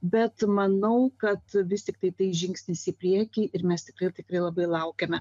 bet manau kad vis tiktai tai žingsnis į priekį ir mes tikrai tikrai labai laukiame